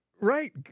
right